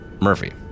Murphy